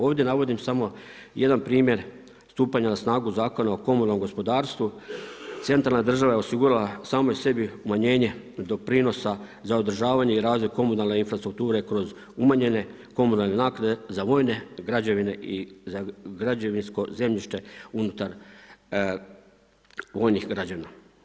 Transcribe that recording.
Ovdje navodim samo jedan primjer stupanja na snagu Zakona o komunalnom gospodarstvu, centralna je država osigurala samoj sebi umanjenje doprinosa za održavanje i razvoj komunalne infrastrukture kroz umanjene komunalne naknade za vojne građevine i za građevinsko zemljište unutar vojnih građevina.